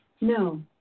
No